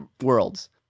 worlds